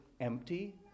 empty